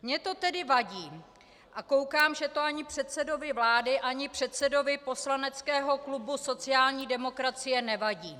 Mně to tedy vadí a koukám, že to ani předsedovi vlády ani předsedovi poslaneckého klubu sociální demokracie nevadí .